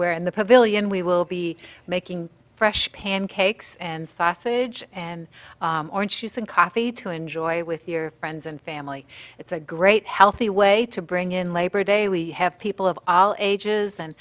where in the pavilion we will be making fresh pancakes and sausage and orange juice and coffee to enjoy with your friends and family it's a great healthy way to bring in labor day we have people of all ages and